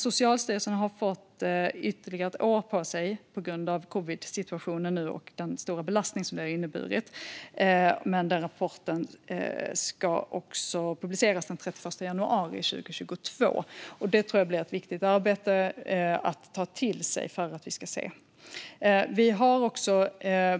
Socialstyrelsen har fått ytterligare ett år på sig på grund av covidsituationen och den stora belastning som denna inneburit, och rapporten ska publiceras den 31 januari 2022. Det blir ett viktigt arbete att ta till sig.